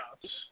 yes